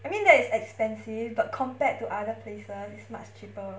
I mean that is expensive but compared to other places is much cheaper